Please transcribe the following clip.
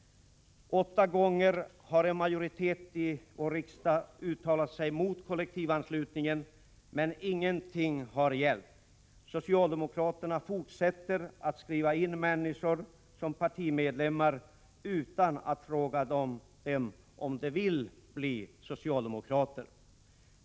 Åtta gånger har en majoritet här i riksdagen uttalat sig mot kollektivanslutningen, men ingenting har hjälpt. Socialdemokraterna fortsätter att skriva in människor som partimedlemmar utan att fråga dem om de vill bli socialdemokrater.